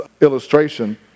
illustration